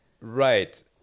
right